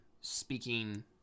speaking